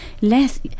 less